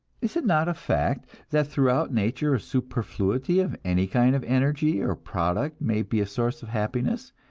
is it not a fact that throughout nature a superfluity of any kind of energy or product may be a source of happiness,